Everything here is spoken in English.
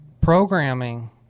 programming